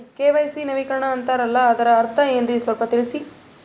KYC ನವೀಕರಣ ಅಂತಾರಲ್ಲ ಅದರ ಅರ್ಥ ಏನ್ರಿ ಸ್ವಲ್ಪ ತಿಳಸಿ?